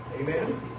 Amen